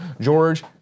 George